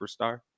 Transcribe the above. superstar